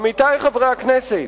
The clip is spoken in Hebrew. עמיתי חברי הכנסת,